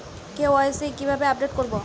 KYC কিভাবে update করব?